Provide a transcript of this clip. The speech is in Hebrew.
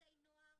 שופטי נוער